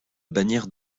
bannière